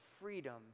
freedom